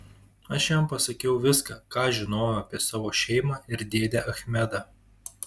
aš jam pasakiau viską ką žinojau apie savo šeimą ir dėdę achmedą